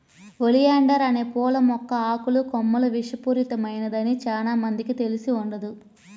oleander అనే పూల మొక్క ఆకులు, కొమ్మలు విషపూరితమైనదని చానా మందికి తెలిసి ఉండదు